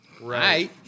right